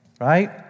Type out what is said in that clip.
Right